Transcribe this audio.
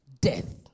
death